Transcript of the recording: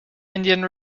indian